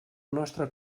nostre